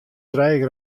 trije